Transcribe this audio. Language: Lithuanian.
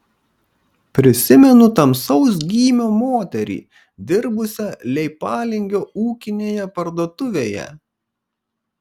prisimenu tamsaus gymio moterį dirbusią leipalingio ūkinėje parduotuvėje